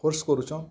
force କରୁଛ